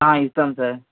ఆ ఇస్తాం సార్